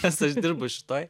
nes aš dirbu šitoj